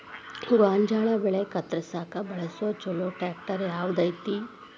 ಗೋಂಜಾಳ ಬೆಳೆ ಕತ್ರಸಾಕ್ ಬಳಸುವ ಛಲೋ ಟ್ರ್ಯಾಕ್ಟರ್ ಯಾವ್ದ್ ಐತಿ?